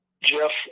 Jeff